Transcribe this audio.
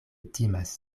timas